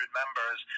members